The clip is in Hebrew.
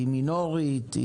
מינורית?